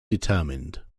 determined